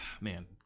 Man